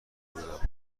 بودم